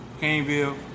Caneville